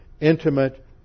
intimate